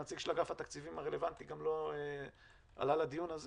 הנציג הרלוונטי של אגף התקציבים לא עלה לדיון הזה